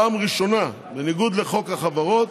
פעם ראשונה, בניגוד לחוק החברות,